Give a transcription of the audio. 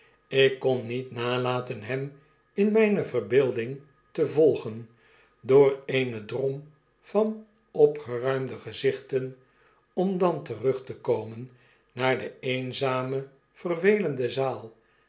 ik kon niet nalaten hem in myne verbeelding te volgen door eenen drom van opgeruimde gezichten om dan terug te tcbmen naar de eenzame vervelende zaal